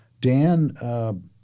Dan